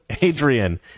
Adrian